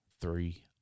three